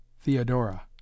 Theodora